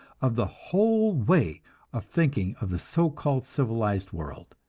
of the whole way of thinking of the so-called civilized world.